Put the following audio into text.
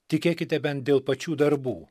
tikėkite bent dėl pačių darbų